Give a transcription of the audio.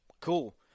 Cool